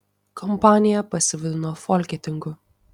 kompanija pasivadino folketingu